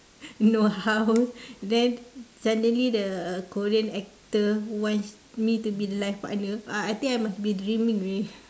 no house then suddenly the korean actor wants me to be the life partner uh I think I must be dreaming already